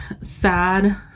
sad